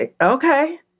Okay